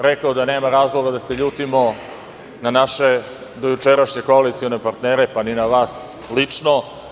Rekao sam da nema razloga da se ljutimo na naše dojučerašnje koalicione partnere, pa ni na vas lično.